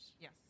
Yes